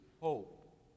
hope